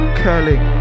curling